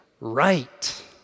right